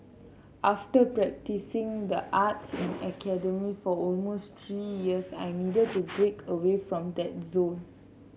after practising the arts in academy for almost three years I needed to break away from that zone